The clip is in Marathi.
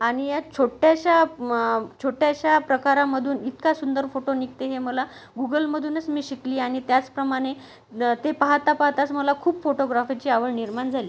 आणि या छोट्याशा छोट्याशा प्रकारामधून इतका सुंदर फोटो निघते हे मला गुगलमधूनच मी शिकली आणि त्याचप्रमाणे न ते पाहता पाहताच मला खूप फोटोग्राफीची आवड निर्माण झाली